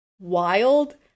wild